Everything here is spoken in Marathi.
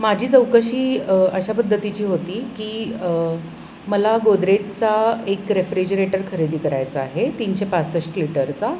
माझी चौकशी अशा पद्धतीची होती की मला गोदरेजचा एक रेफ्रिजरेटर खरेदी करायचा आहे तीनशे पासष्ट लिटरचा